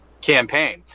campaign